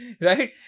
Right